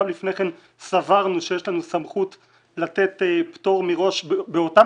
גם לפני כן סברנו שיש לנו סמכות לתת פטור מראש באותם